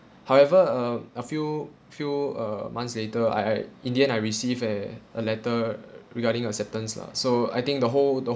however uh a few few uh months later I I in the end I receive a a letter regarding acceptance lah so I think the whole the